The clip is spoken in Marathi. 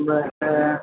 बरं